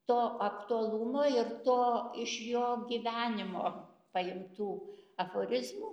to aktualumo ir to iš jo gyvenimo paimtų aforizmų